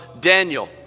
Daniel